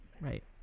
right